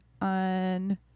on